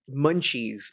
munchies